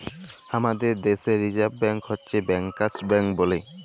হামাদের দ্যাশে reserve bank হচ্ছ ব্যাংকার্স ব্যাঙ্ক বলে